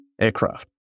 aircraft